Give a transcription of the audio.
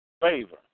Favor